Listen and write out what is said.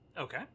Okay